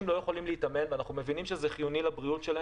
לא יכולים להתאמן למרות שאנחנו מבינים שזה חיוני לבריאות.